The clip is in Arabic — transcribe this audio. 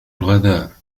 الغداء